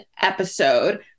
episode